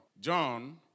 John